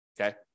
Okay